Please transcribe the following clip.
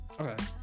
Okay